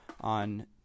on